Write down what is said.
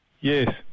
Yes